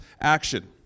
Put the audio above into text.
action